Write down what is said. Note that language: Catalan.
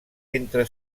entre